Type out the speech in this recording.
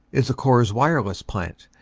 is the corps wireless plant,